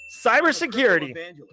Cybersecurity